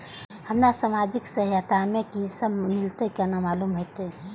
हमरा सामाजिक सहायता में की सब मिलते केना मालूम होते?